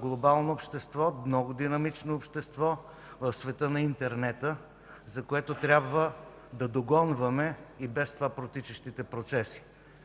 глобално общество, много динамично общество, в света на интернета, за което трябва да догонваме и без това протичащите процеси.